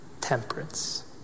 temperance